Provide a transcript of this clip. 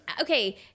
okay